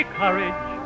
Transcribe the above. courage